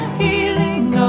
healing